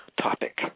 topic